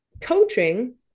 coaching